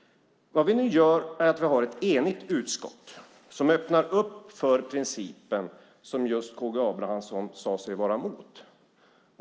Vad som nu händer är att vi har ett enigt utskott, som öppnar för den princip som K G Abramsson sade sig vara emot.